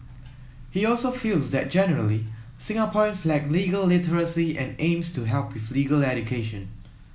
he also feels that generally Singaporeans lack legal literacy and aims to help with legal education